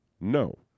No